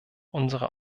unsere